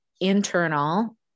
internal